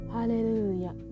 Hallelujah